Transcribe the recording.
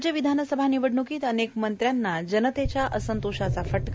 राज्य विधानसभा निवडण्कीत अनेक मंत्र्यांना जनतेच्या असंतोषाचा फटका